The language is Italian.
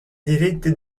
diritti